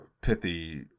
pithy